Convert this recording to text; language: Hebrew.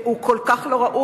הוא כל כך לא ראוי,